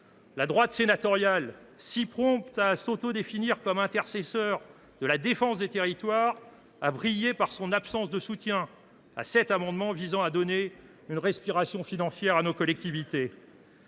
La droite sénatoriale, si prompte à s’autodéfinir comme intercesseur de la défense des territoires, a brillé par son absence de soutien à notre amendement visant à donner une respiration financière à nos collectivités.